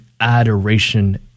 adoration